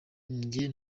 njye